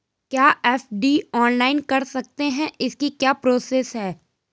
क्या FD online कर सकते हैं इसकी क्या प्रोसेस है?